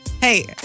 hey